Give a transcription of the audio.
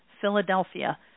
Philadelphia